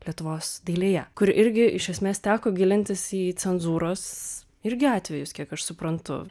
lietuvos dailėje kur irgi iš esmės teko gilintis į cenzūros irgi atvejus kiek aš suprantu